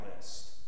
list